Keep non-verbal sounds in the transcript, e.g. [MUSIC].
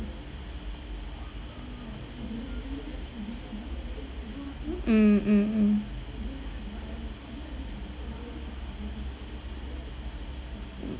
[NOISE] mm mm mm [NOISE]